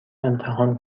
امتحان